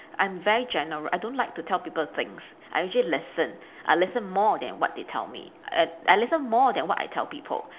I'm very general I don't like to tell people things I actually listen I listen more than what they tell me I I listen more than what I tell people